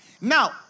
Now